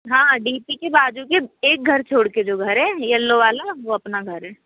हाँ हाँ D P के बाज़ू के एक घर छोड़ के जो घर है येलो वाला वो अपना घर है